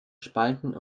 spalten